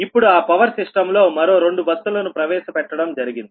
ఇప్పుడు ఆ power system లో మరో రెండు బస్సులను ప్రవేశ పెట్టడం జరిగింది